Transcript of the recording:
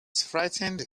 frightened